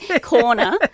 corner